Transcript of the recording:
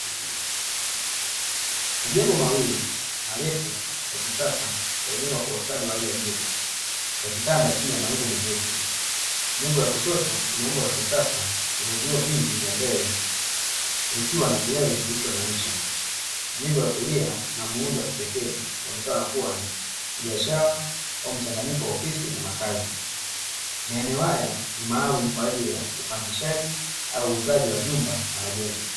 Majengo mawili marefu ya kisasa yamejengwa kwa ustadi wa hali ya juu. Katika kitanda chini ya mawingu mepesi, jengo la kushoto lina muundo wa kisasa lenye vyoo vingi vya mbele likiwa na kilele kilicho na ncha. Jengo la kulia lina muundo wa kipekee, linaonekana kuwa ni la kibiashara au mchanganyiko wa ofisi na makazi. Maeneo haya ni maalum kwa ajili ya upangishaji au uuzaji wa vyumba na majengo.